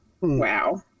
Wow